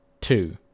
two